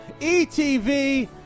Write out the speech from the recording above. ETV